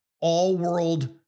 all-world